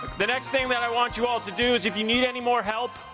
the next thing that i want you all to do is if you need any more help,